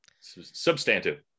substantive